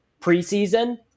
preseason